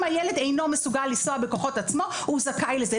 אם הילד אינו מסוגל לנסוע בכוחות עצמו הוא זכאי לזה.